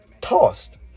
Tossed